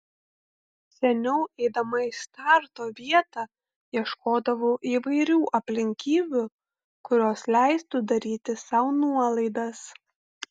seniau eidama į starto vietą ieškodavau įvairių aplinkybių kurios leistų daryti sau nuolaidas